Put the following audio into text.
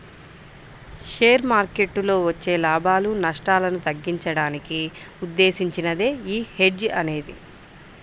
share మార్కెట్టులో వచ్చే లాభాలు, నష్టాలను తగ్గించడానికి ఉద్దేశించినదే యీ హెడ్జ్ అనేది